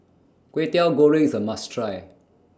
Kway Teow Goreng IS A must Try